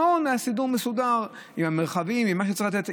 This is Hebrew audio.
במעון הסידור מסודר, עם מרחבים, עם מה שצריך לתת.